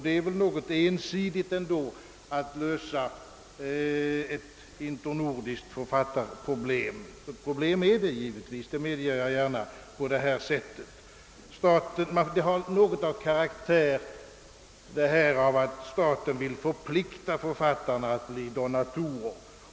Det är väl ändå något ensidigt att lösa ett in ternordiskt författarproblem — problem är det givetvis, det medger jag gärna — på detta sätt. Man kan lätt få intrycket, att staten vill förplikta författarna att bli donatorer.